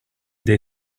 they